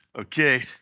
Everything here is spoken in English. okay